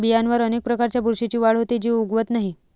बियांवर अनेक प्रकारच्या बुरशीची वाढ होते, जी उगवत नाही